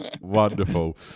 wonderful